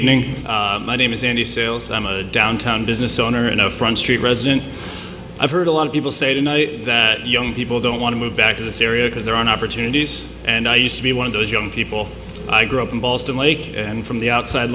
evening my name is sandy sales i'm a downtown business owner and a front street resident i've heard a lot of people say tonight that young people don't want to move back to the syria because their own opportunities and i used to be one of those young people i grew up in balls to make and from the outside